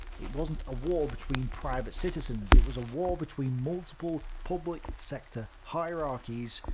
it wasn't a war between private citizens, it was a war between multiple public sector hierarchies,